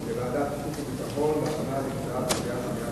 מי נגד?